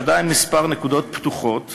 יש עדיין כמה נקודות פתוחות